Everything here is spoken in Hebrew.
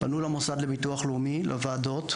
פנו למוסד לביטוח לאומי לוועדות,